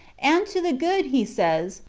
and to the good, he says,